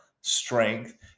strength